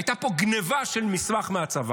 הייתה פה גנבה של מסמך מהצבא,